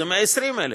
זה 120,000,